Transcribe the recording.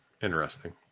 interesting